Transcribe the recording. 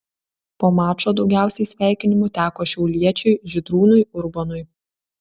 po mačo daugiausiai sveikinimų teko šiauliečiui žydrūnui urbonui